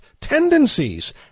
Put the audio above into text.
tendencies